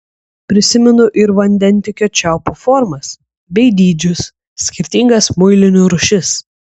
prisimenu ir vandentiekio čiaupų formas bei dydžius skirtingas muilinių rūšis